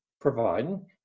providing